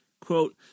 quote